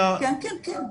כן, כן, כן.